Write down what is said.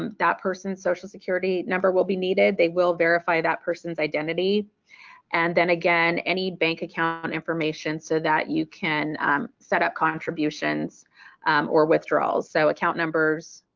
um that person's social security number will be needed as they will verify that person's identity and then again any bank account and information so that you can setup contributions or withdrawals. so account numbers,